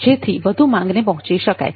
જેથી વધુ માંગને પહોંચી શકાય